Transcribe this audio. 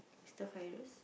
mister virus